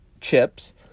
chips